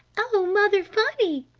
o mother-funny!